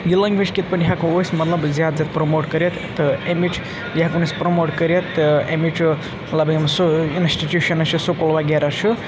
یہِ لینٛگویج کِتھ پٲٹھۍ ہٮ۪کو أسۍ مطلب زیادٕ زیادٕ پرٛموٹ کٔرِتھ تہٕ اَمِچ یہِ ہٮ۪کون أسۍ پرٛموٹ کٔرِتھ تہٕ اَمِچ مطلب یِم سُہ اِنَسٹِٹیوٗشَنٕز چھِ سکوٗل وغیرہ چھُ